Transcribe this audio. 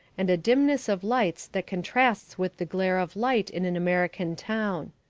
and a dimness of lights that contrasts with the glare of light in an american town.